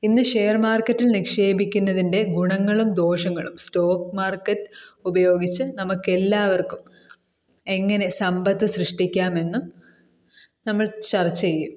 ഇന്ന് ഷെയർ മാർക്കറ്റിൽ നിക്ഷേപിക്കുന്നതിൻ്റെ ഗുണങ്ങളും ദോഷങ്ങളും സ്റ്റോക്ക് മാർക്കറ്റ് ഉപയോഗിച്ച് നമുക്ക് എല്ലാവർക്കും എങ്ങനെ സമ്പത്ത് സൃഷ്ടിക്കാമെന്നും നമ്മൾ ചർച്ച ചെയ്യും